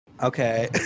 Okay